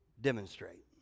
demonstrate